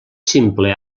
simple